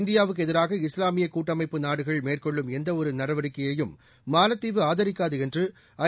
இந்தியாவுக்கு எதிராக இஸ்லாமிய கூட்டமைப்பு நாடுகள் மேற்கொள்ளும் எந்தவொரு நடவடிக்கையையும் மாலத்தீவு ஆதரிக்காது என்று ஐ